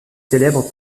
célèbre